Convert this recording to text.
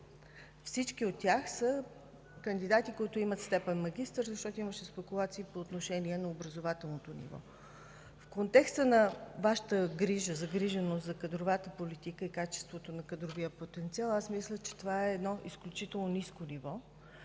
Всички от тях са кандидати, които имат степен магистър, защото имаше спекулации и по отношение на образователното ниво. В контекста на Вашата загриженост за кадровата политика и качеството на кадровия потенциал, аз мисля, че това е едно изключително ниско ниво